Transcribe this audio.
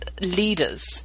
leaders